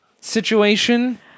situation